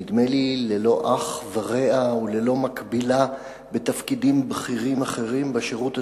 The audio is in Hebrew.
נדמה לי ללא אח ורע וללא מקבילה בתפקידים בכירים אחרים בשירות הציבורי,